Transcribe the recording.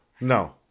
No